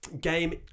Game